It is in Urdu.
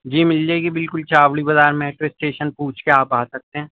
جی مل جائے گی بالکل چاوڑی بازار میٹرو اسٹیشن پوچھ کے آپ سکتے ہیں